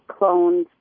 cloned